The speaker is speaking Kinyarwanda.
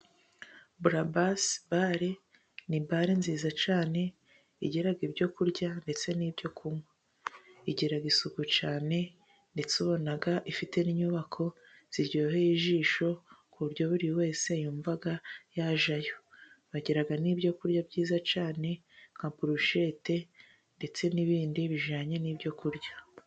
Burabasi bare: ni bare nziza cyane igira ibyo kurya, ndetse n' ibyo kunywa, igira isuku cyane ndetse ubona ifite n' inyubako ziryoheye ijisho ku buryo buri wese yumva, yajyayo bagira n' ibyo kurya byiza cyane nka: burusheti ndetse n' ibindi bijyanye n' ibyo kurya.